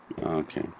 Okay